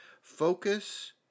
focus